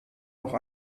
auch